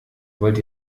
wollt